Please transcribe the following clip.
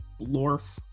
Lorf